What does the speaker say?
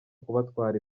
kubatwara